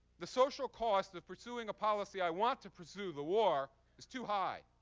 the social cost of pursuing a policy i want to pursue the war is too high.